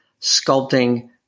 sculpting